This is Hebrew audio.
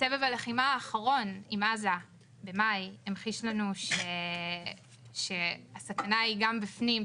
סבב הלחימה האחרון במאי עם עזה המחיש לנו שהסכנה היא גם בפנים,